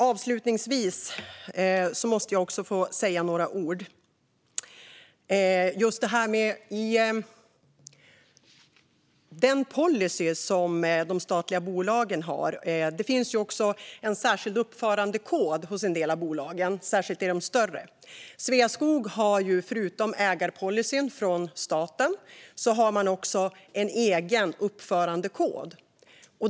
Avslutningsvis måste jag få säga några ord om att de statliga bolagen har en policy, och det finns också en särskild uppförandekod hos en del av bolagen, särskilt hos de större. Sveaskog har, förutom ägarpolicyn från staten, en egen uppförandekod.